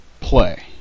Play